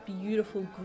beautiful